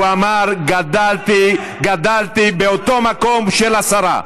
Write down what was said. הוא אמר: גדלתי באותו מקום של השרה.